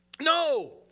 No